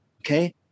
Okay